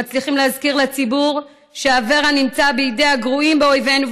הם מצליחים להזכיר לציבור שאברה נמצא בידי הגרועים באויבינו,